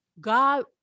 God